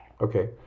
Okay